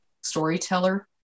storyteller